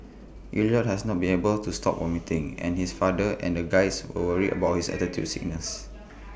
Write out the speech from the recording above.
Elliot has not been able to stop vomiting and his father and the Guides were worried about his altitude sickness